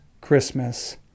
Christmas